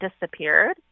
disappeared